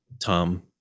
Tom